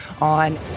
on